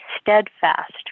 steadfast